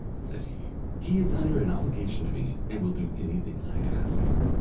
said he he is under an obligation to me, and will do anything i ask him.